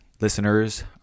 listeners